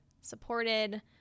supported